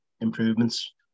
improvements